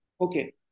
Okay